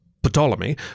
Ptolemy